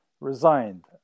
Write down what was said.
resigned